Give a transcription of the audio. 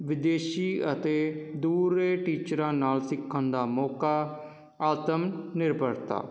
ਵਿਦੇਸ਼ੀ ਅਤੇ ਦੂਰ ਦੇ ਟੀਚਰਾਂ ਨਾਲ ਸਿੱਖਣ ਦਾ ਮੌਕਾ ਆਤਮ ਨਿਰਭਰਤਾ